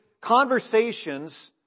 conversations